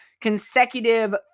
consecutive